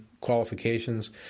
qualifications